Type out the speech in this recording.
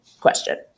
question